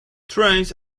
trains